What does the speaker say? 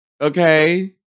Okay